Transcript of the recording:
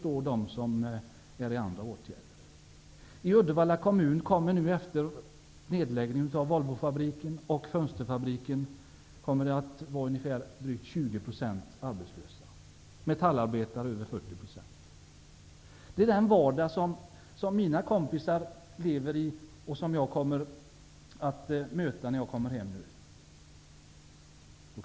Till det skall läggas de människor som omfattas av åtgärder. I Uddevalla kommun kommer drygt 20 % att vara arbetslösa efter nedläggningen av Volvofabriken och fönsterfabriken. Arbetslösheten bland metallarbetare kommer att vara över 40 %. Det är den vardag som mina kompisar lever i och som jag kommer att möta när jag kommer hem nu.